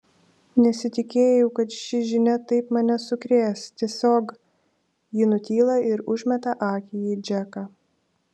nesitikėjau kad ši žinia taip mane sukrės tiesiog ji nutyla ir užmeta akį į džeką